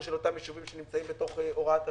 של אותם יישובים שנמצאים בתוך הוראת השעה.